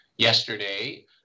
yesterday